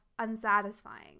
unsatisfying